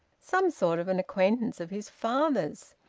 some sort of an acquaintance of his father's.